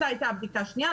מתי הייתה הבדיקה השנייה,